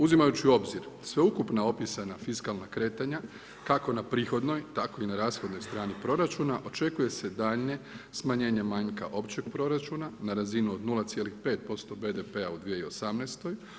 Uzimajući u obzir sveukupna opisana fiskalna kretanja kako na prihodnoj, tako i na rashodnoj strani proračuna očekuje se daljnje smanjenje manjka općeg proračuna na razinu od 0,5% BDP-a u 2018.